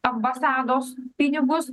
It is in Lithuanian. ambasados pinigus